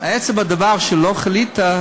עצם הדבר שלא חלית,